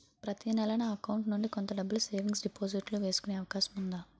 ప్రతి నెల నా అకౌంట్ నుండి కొంత డబ్బులు సేవింగ్స్ డెపోసిట్ లో వేసుకునే అవకాశం ఉందా?